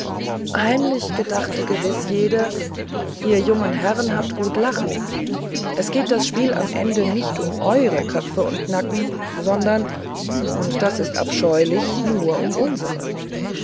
heimlich gedachte gewiß jede ihr jungen herren habt gut lachen es geht das spiel am ende nicht um eure köpfe und nacken sondern und das ist abscheulich nur um unsere